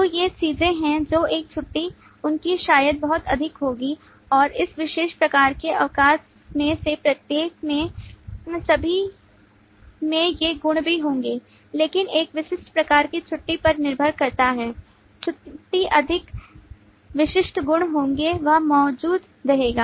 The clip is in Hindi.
तो ये चीजें हैं जो एक छुट्टी उनकी शायद बहुत अधिक होगी और इस विशेष प्रकार के अवकाश में से प्रत्येक में सभी में ये गुण भी होंगे लेकिन एक विशिष्ट प्रकार की छुट्टी पर निर्भर करता है छुट्टी अधिक विशिष्ट गुण होंगे वह मौजूद रहेगा